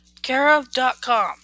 CareOf.com